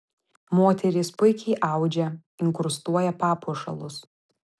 moterys puikiai audžia inkrustuoja papuošalus